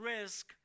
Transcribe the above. risk